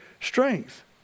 strength